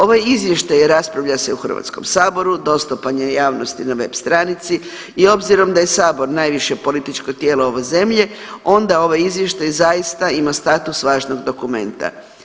Ovaj izvještaj raspravlja se u Hrvatskom saboru, dostupan je javnosti na web stranici i obzirom da je sabor najviše političko tijelo ove zemlje, onda ovaj izvještaj zaista ima status važnog dokumenta.